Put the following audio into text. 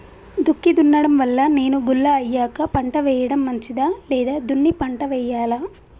దుక్కి దున్నడం వల్ల నేల గుల్ల అయ్యాక పంట వేయడం మంచిదా లేదా దున్ని పంట వెయ్యాలా?